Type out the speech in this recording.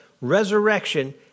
resurrection